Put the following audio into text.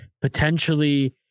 potentially